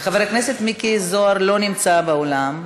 חבר הכנסת מיקי זוהר לא נמצא באולם.